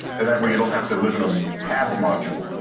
and that way you don't have to live in a hab module.